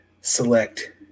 select